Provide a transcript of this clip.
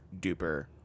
duper